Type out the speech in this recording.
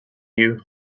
you